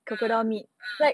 ah ah